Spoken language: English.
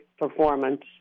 performance